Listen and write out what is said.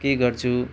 केही गर्छु